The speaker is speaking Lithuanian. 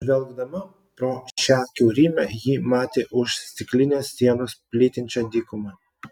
žvelgdama pro šią kiaurymę ji matė už stiklinės sienos plytinčią dykumą